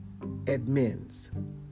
admins